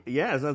yes